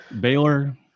Baylor